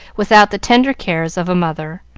without the tender cares of a mother.